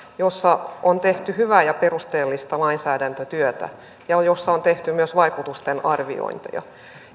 joissa on tehty hyvää ja perusteellista lainsäädäntötyötä ja joissa on tehty myös vaikutusten arviointeja